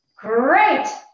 Great